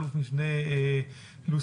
אלוף משנה לוסיאן.